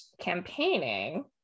campaigning